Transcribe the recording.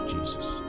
Jesus